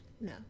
no